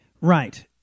Right